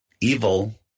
evil